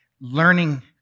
learning